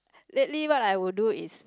lately what I would do is